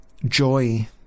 Joy